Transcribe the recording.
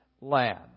land